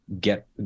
get